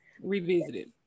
revisited